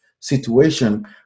situation